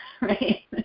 right